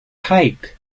height